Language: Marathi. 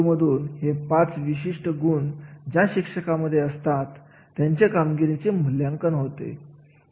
तर एखाद्या विशिष्ट कार्यासाठी जागृत जाहिरात केली जाते त्यावेळेस ते कार्य त्याच्या वर्षांच्या अनुभवाची त्याच्या स्वरूपाची महती सांगत असते